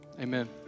Amen